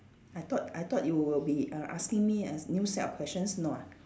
I thought I thought you will be err asking me a new set of questions no ah